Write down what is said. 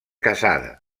casada